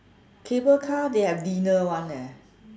cable car they have dinner one eh